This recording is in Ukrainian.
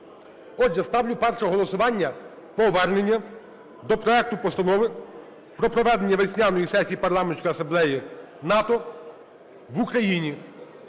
Отже, ставлю перше голосування: повернення до проекту Постанову про проведення весняної сесії Парламентської асамблеї НАТО в Україні.